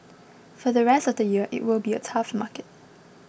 for the rest of the year it will be a tough market